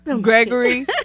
Gregory